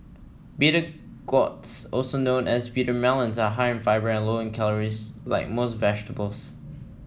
bitter gourds also known as bitter melons are high in fibre and low in calories like most vegetables